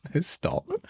stop